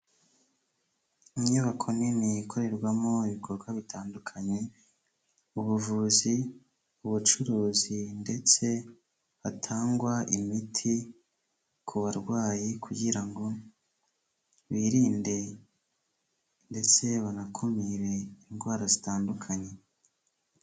Inyubako nini ikorerwamo ibikorwa bitandukanye, ubuvuzi, ubucuruzi ndetse hatangwa imiti ku barwayi kugira ngo birinde ndetse banakumire indwara zitandukanye.